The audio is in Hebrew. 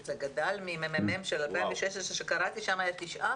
שזה גדל ממרכז המידע והמחקר של הכנסת של 2016 שקראתי שמה על 9%,